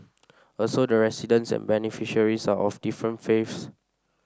also the residents and beneficiaries are of different faiths